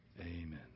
Amen